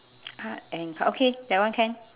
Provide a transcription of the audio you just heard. art and cu~ okay that one can